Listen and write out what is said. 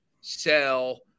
sell